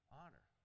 honor